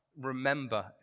remember